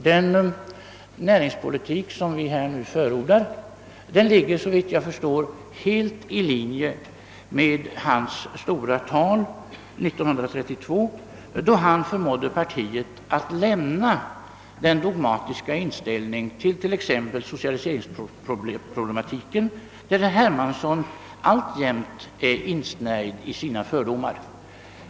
Den näringspolitik som vi nu förordar ligger såvitt jag förstår helt i linje med Wigforss” stora tal år 1932, då han förmådde partiet att lämna den dogmatiska inställningen till exempelvis socialiseringsproblematiken, medan herr Hermansson alltjämt är insnärjd i sina fördomar.